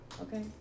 okay